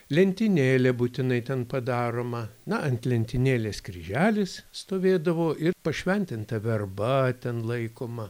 lentynėlė būtinai ten padaroma na ant lentynėlės kryželis stovėdavo ir pašventinta verba ten laikoma